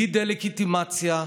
בלי דה-לגיטימציה,